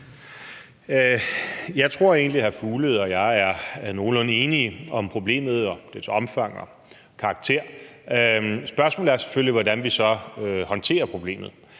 Jeg tror egentlig, at hr. Mads Fuglede og jeg er nogenlunde enige om problemet og dets omfang og karakter. Spørgsmålet er selvfølgelig, hvordan vi så håndterer problemet.